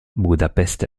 budapest